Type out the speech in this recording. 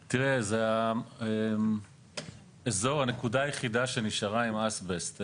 תראה, זו הנקודה היחידה שנשארה עם אסבסט.